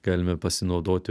galime pasinaudoti